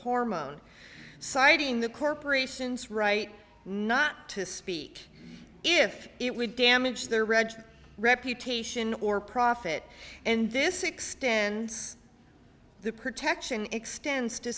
hormone citing the corporation's right not to speak if it would damage their regiment reputation or profit and this extends the protection extends to